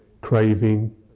craving